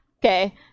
Okay